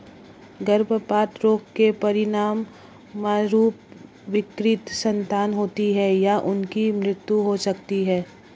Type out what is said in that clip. गर्भपात रोग के परिणामस्वरूप विकृत संतान होती है या उनकी मृत्यु हो सकती है